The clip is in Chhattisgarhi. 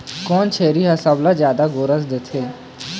कोन छेरी हर सबले जादा गोरस देथे?